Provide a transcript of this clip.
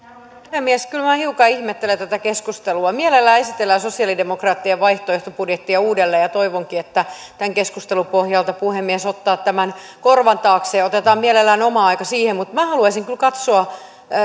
puhemies kyllä minä hiukan ihmettelen tätä keskustelua mielellään esitellään sosialidemokraattien vaihtoehtobudjettia uudelleen ja toivonkin että tämän keskustelun pohjalta puhemies ottaa tämän korvan taakse ja otetaan mielellään oma aika siihen mutta minä haluaisin kyllä katsoa